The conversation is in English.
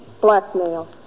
Blackmail